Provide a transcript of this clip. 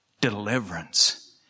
deliverance